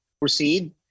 proceed